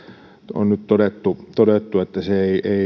on nyt todettu todettu että se ei